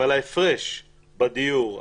אבל ההפרש בדיור,